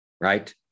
right